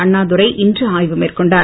அண்ணாதுரை இன்று ஆய்வு மேற்கொண்டார்